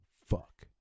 fuck